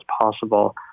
possible